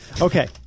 Okay